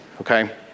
okay